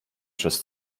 przez